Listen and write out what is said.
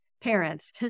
parents